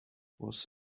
was